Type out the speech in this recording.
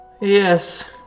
Yes